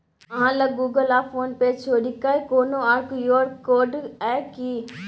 अहाँ लग गुगल आ फोन पे छोड़िकए कोनो आर क्यू.आर कोड यै कि?